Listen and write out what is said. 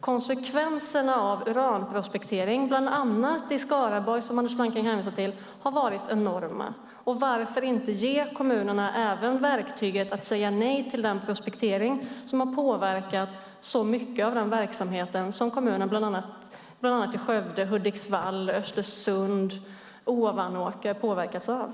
Konsekvenserna av uranprospektering, bland annat i Skaraborg som Anders Flanking hänvisar till, har varit enorma. Varför inte även ge kommunerna verktyget att säga nej till den prospektering som har påverkat så mycket av verksamheten i bland annat Skövde, Hudiksvall, Östersund och Ovanåker?